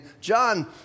John